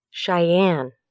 Cheyenne